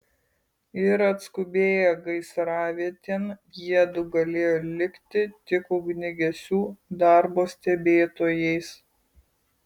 ir atskubėję gaisravietėn jiedu galėjo likti tik ugniagesių darbo stebėtojais